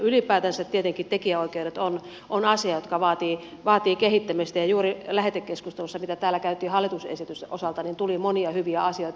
ylipäätänsä tietenkin tekijänoikeudet ovat asia joka vaatii kehittämistä ja juuri lähetekeskustelussa mitä täällä käytiin hallituksen esityksen osalta tuli monia hyviä asioita